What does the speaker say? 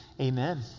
Amen